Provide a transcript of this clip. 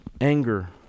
Anger